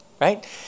right